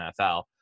NFL